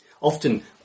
often